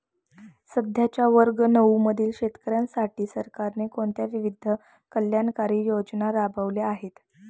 सध्याच्या वर्ग नऊ मधील शेतकऱ्यांसाठी सरकारने कोणत्या विविध कल्याणकारी योजना राबवल्या आहेत?